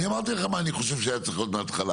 אני אמרתי לך מה אני חושב שהיה צריך להיות מההתחלה,